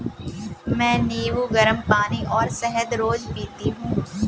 मैं नींबू, गरम पानी और शहद रोज पीती हूँ